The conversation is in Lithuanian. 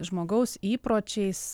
žmogaus įpročiais